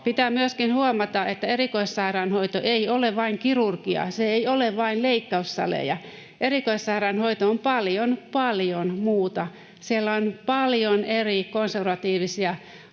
Pitää myöskin huomata, että erikoissairaanhoito ei ole vain kirurgiaa. [Petri Honkosen välihuuto] Se ei ole vain leikkaussaleja. Erikoissairaanhoito on paljon, paljon muuta. Siellä on paljon eri konservatiivisia